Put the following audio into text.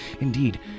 Indeed